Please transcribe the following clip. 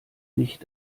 nicht